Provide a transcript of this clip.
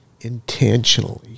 intentionally